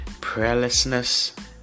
prayerlessness